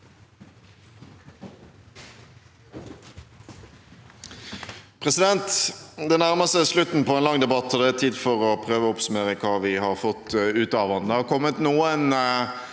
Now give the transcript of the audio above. Det nærmer seg slutten på en lang debatt, og det er tid for å prøve å oppsummere hva vi har fått ut av den.